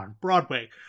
Broadway